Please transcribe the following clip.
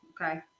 Okay